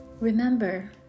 Remember